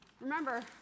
Remember